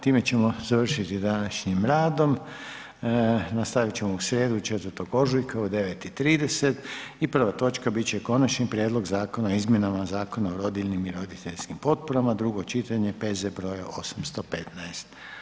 Time ćemo završiti s današnjim radom, nastavit ćemo u srijedu 4. ožujka u 9 i 30 i prva točka bit će Konačni prijedlog Zakona o izmjenama Zakona o rodiljnim i roditeljskim potporama, drugo čitanje, P.Z. broj 815.